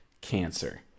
cancer